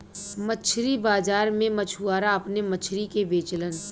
मछरी बाजार में मछुआरा अपने मछरी के बेचलन